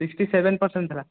sixty seven percent ଥିଲା